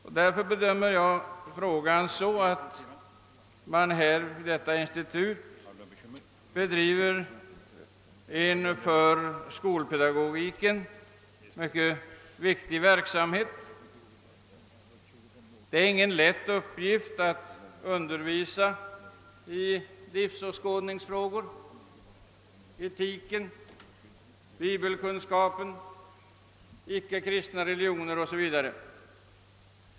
Enligt min bedömning bedriver detta institut en för skolpedagogiken mycket viktig verksamhet. Det är ingen lätt uppgift att undervisa i livsåskådningsfrågor, etik, bibelkunskap, icke-kristna religioner o.s.v.